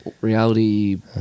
reality